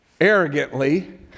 arrogantly